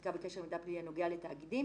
ומחיקה בקשר למידע פלילי הנוגע לתאגידים